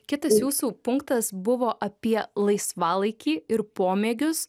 kitas jūsų punktas buvo apie laisvalaikį ir pomėgius